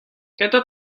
kentañ